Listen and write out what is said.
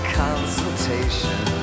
consultation